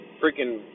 freaking